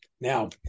Now